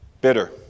bitter